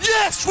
Yes